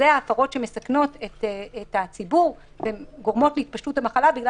אלה ההפרות שמסכנות את הציבור וגורמות להתפשטות המחלה בגלל